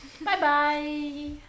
Bye-bye